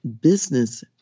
business